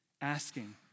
asking